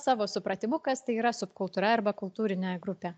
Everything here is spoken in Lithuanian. savo supratimu kas tai yra subkultūra arba kultūrinė grupė